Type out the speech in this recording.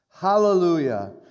Hallelujah